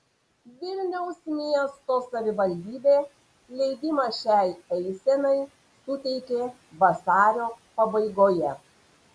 vilniaus miesto savivaldybė leidimą šiai eisenai suteikė vasario pabaigoje